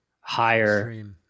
higher